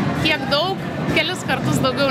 tiek daug kelis kartus daugiau